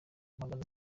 magana